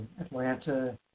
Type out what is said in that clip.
Atlanta